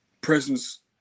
presence